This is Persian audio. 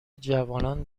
جوانان